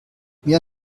mir